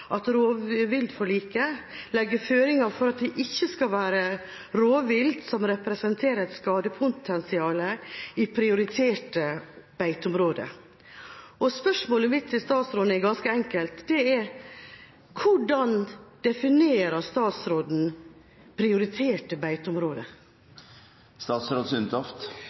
at regionrådene påpeker «at rovviltmeldingen legger føringer for at det ikke skal være rovvilt som representerer et skadepotensial i prioriterte beiteområde». Spørsmålet mitt til statsråden er ganske enkelt: Hvordan definerer statsråden